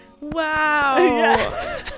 wow